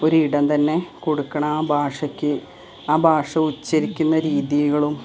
ഒരിടം തന്നെ കൊടുക്കണം ആ ഭാഷയ്ക്ക് ആ ഭാഷ ഉച്ചരിക്കുന്ന രീതികളും